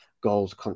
goals